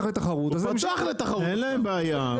אין להם בעיה.